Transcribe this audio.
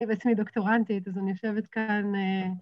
‫אני בעצמי דוקטורנטית, ‫אז אני יושבת כאן...